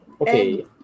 Okay